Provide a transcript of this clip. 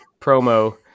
promo